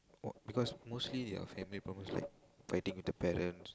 because mostly they are family problems like fighting with their parents